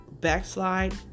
backslide